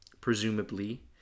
presumably